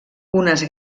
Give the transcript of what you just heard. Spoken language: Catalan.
unes